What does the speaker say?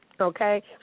Okay